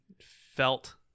felt